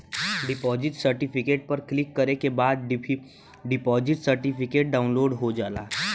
deposit certificate पर click करे के बाद डिपॉजिट सर्टिफिकेट डाउनलोड हो जाला